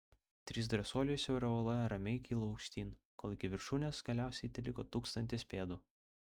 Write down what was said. trys drąsuoliai siaura uola ramiai kilo aukštyn kol iki viršūnės galiausiai teliko tūkstantis pėdų